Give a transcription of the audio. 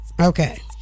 okay